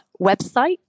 website